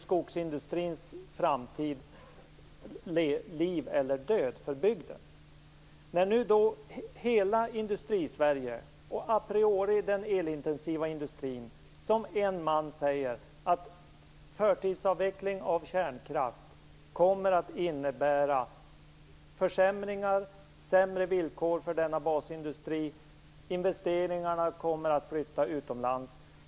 Skogsindustrins framtid innebär liv eller död för bygden. Hela Industrisverige, a priori den elintensiva industrin, säger nu som en man att en förtidsavveckling av kärnkraften kommer att innebära försämringar för basindustrin. Investeringarna kommer att flytta utomlands.